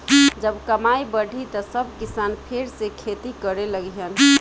जब कमाई बढ़ी त सब किसान फेर से खेती करे लगिहन